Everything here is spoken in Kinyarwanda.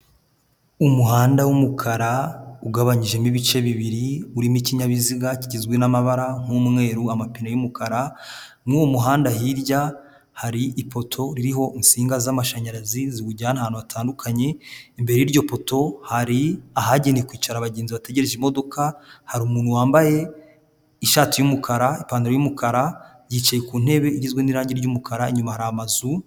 Umuhanda w'umukara, ugabanyijemo ibice bibiri, urimo ikinyabiziga kigizwe n'amabara y'umweru, amapine y'umukara. Mu uwo muhanda hirya hari ipoto ririho insinga z'amashanyarazi ziwujyana ahantu hatandukanye, imbere y'iryo poto hari ahagenewe kwicara abagenzi bategereje imodoka, Hari umuntu wambaye ishati y'umukara, ipantaro y'umukara, yicaye ku ntebe igizwe n'irangi ry'umukara, inyuma hari amazu.